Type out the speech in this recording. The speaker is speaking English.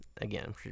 Again